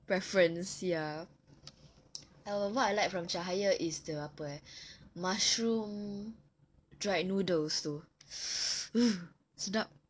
preference ya err what I like from cahaya is the apa eh mushroom dried noodles itu mm sedap